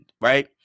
right